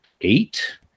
eight